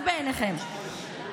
רק בעיניכם.